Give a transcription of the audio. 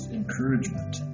encouragement